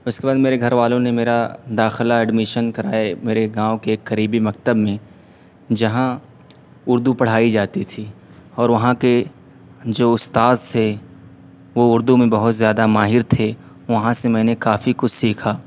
اس کے بعد میرے گھر والوں نے میرا داخلہ ایڈمیشن کرائے میرے گاؤں کے ایک قریبی مکتب میں جہاں اردو پڑھائی جاتی تھی اور وہاں کے جو استاد سے وہ اردو میں بہت زیادہ ماہر تھے وہاں سے میں نے کافی کچھ سیکھا